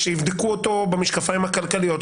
שיבדקו אותו במשקפיים הכלכליים,